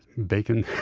bacon.